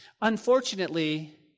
Unfortunately